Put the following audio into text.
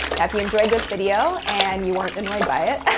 if you enjoyed this video and you weren't annoyed by it,